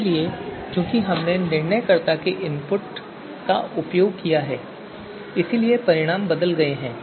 इसलिए क्योंकि हमने निर्णयकर्ता के इनपुट का उपयोग किया है इसलिए परिणाम बदल गए हैं